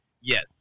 Yes